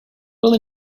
will